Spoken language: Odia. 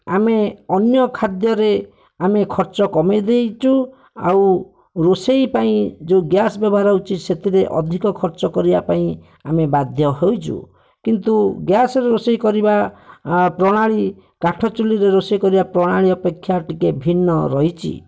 ଆମେ ଅନ୍ୟ ଖାଦ୍ୟରେ ଆମେ ଖର୍ଚ୍ଚ କମେଇଦେଇଛୁ ଆଉ ରୋଷେଇ ପାଇଁ ଯେଉଁ ଗ୍ୟାସ୍ ବ୍ୟବହାର ହେଉଛି ସେଥିରେ ଅଧିକ ଖର୍ଚ୍ଚ କରିବା ପାଇଁ ଆମେ ବାଧ୍ୟ ହୋଇଛୁ କିନ୍ତୁ ଗ୍ୟାସ୍ରେ ରୋଷେଇ କରିବା ପ୍ରଣାଳୀ କାଠ ଚୂଲିରେ ରୋଷେଇ କରିବା ପ୍ରଣାଳୀ ଅପେକ୍ଷା ଟିକିଏ ଭିନ୍ନ ରହିଛି